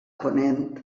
ponent